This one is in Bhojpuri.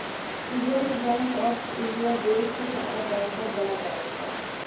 रिर्जव बैंक आफ इंडिया देश क सारे बैंक क बड़ा बैंक हौ